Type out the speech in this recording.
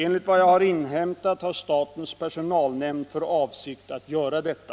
Enligt vad jag har inhämtat har statens personalnämnd för avsikt att göra detta.